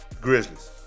Grizzlies